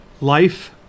Life